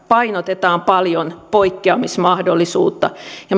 painotetaan paljon poikkeamismahdollisuutta ja